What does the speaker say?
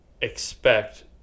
expect